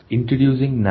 Introducing